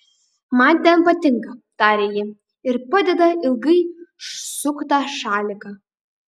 man ten patinka taria ji ir padeda ilgai suktą šaliką